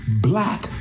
Black